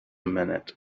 minute